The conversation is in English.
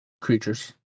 creatures